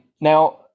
Now